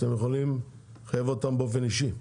שאתם יכולים לחייב אותם באופן אישי.